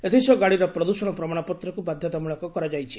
ଏଥିସହ ଗାଡ଼ିର ପ୍ରଦୃଷଣ ପ୍ରମାଣପତ୍ରକୁ ବାଧ୍ଧତାମଳକ କରାଯାଇଛି